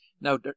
Now